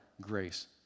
grace